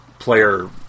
player